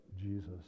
Jesus